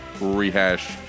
rehash